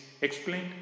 explained